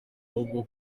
ahubwo